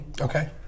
Okay